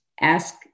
ask